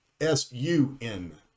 s-u-n